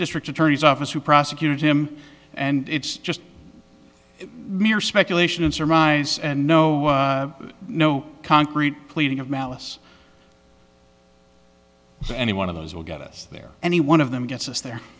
district attorney's office who prosecuted him and it's just mere speculation and surmise and no no concrete pleading of malice or any one of those will get us there any one of them gets us there